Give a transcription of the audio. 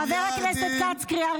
רון, רון, חבר הכנסת כץ, תקשיבו,